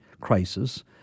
crisis